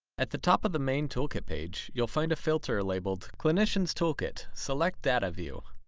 at the top of the main toolkit page, you'll find a filter labeled clinician's toolkit select data view.